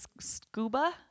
scuba